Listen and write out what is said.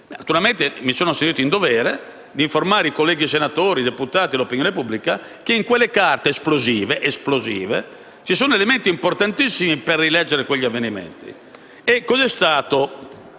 Naturalmente, mi sono sentito in dovere di informare i colleghi senatori, i deputati e l'opinione pubblica che in quelle carte esplosive ci sono elementi importantissimi per rileggere quegli avvenimenti,